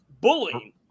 bullying